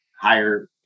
higher